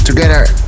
Together